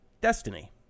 Destiny